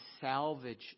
salvage